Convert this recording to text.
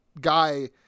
guy